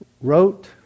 wrote